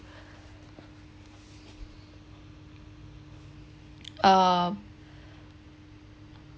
uh